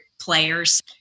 players